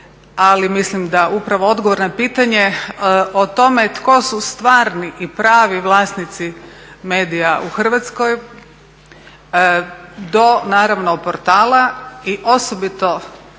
Ali mislim da upravo odgovor na pitanje o tome tko su stvarni i pravi vlasnici medija u Hrvatskoj do naravno portala i osobito